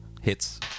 Hits